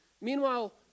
meanwhile